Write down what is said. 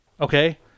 Okay